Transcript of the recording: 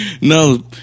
No